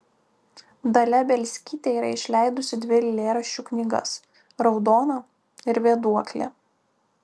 dalia bielskytė yra išleidusi dvi eilėraščių knygas raudona ir vėduoklė